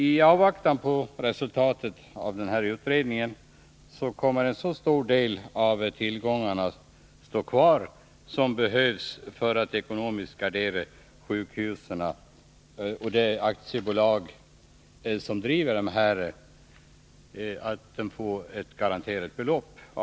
I avvaktan på resultatet av den utredningen kommer en så stor del av tillgångarna att stå kvar som behövs för att ekonomiskt gardera sjukhusen och det aktiebolag som driver dem.